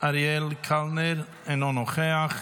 אריאל קלנר, אינו נוכח,